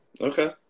Okay